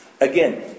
Again